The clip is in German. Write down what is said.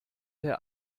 herr